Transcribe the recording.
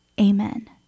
Amen